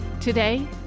Today